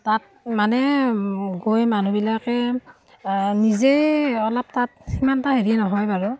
তাত মানে গৈ মানুহবিলাকে নিজেই অলপ তাত সিমান এটা হেৰি নহয় বাৰু